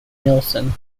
nielsen